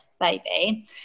baby